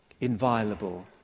inviolable